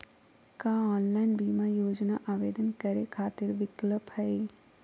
का ऑनलाइन बीमा योजना आवेदन करै खातिर विक्लप हई?